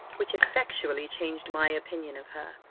which effectually changed my opinion of her.